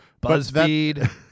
BuzzFeed